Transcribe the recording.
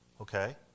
okay